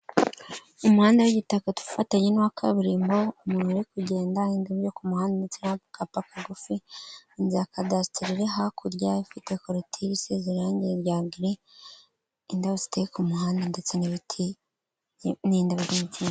Umuhanda w'igitaka ufatanye n'uwa kabirimbo umuntu uri kugenda, indabyo ku muhanda ndetse n'akapa kagufi, inzu ya kadasiteri hakurya ifite korutire isize irangi rya gire, indabo ziteye ku muhanda ndetse n'ibiti, n'indabo z'imikindo.